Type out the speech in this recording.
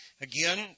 Again